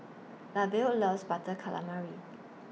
Lavelle loves Butter Calamari